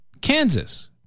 Kansas